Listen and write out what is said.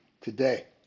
today